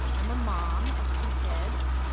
i'm a mom of two kids.